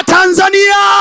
Tanzania